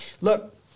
Look